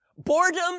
Boredom